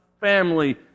family